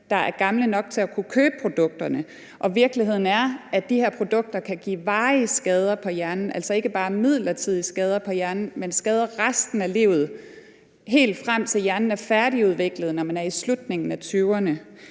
der er gamle nok til at kunne købe produkterne. Og virkeligheden er, at de her produkter kan give varige skader på hjernen, altså ikke bare midlertidige skader på hjernen, men skader resten af livet, helt frem til hjernen er færdigudviklet, når man er i slutningen af tyverne.